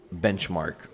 benchmark